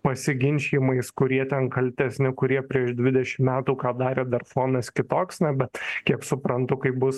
pasiginčijimais kurie ten kaltesni kurie prieš dvidešim metų ką darė dar fonas kitoks na bet kiek suprantu kai bus